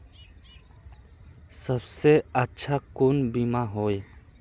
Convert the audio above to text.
सबसे अच्छा कुन बिमा होय?